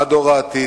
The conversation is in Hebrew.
מה דור העתיד,